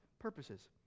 purposes